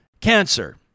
cancer